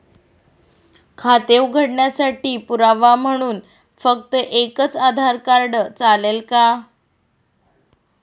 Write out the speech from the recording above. खाते उघडण्यासाठी पुरावा म्हणून फक्त एकच आधार कार्ड चालेल का?